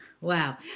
Wow